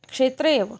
क्षेत्रे एव